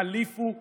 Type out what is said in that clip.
יחליפו מקצוע.